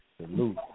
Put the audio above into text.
Salute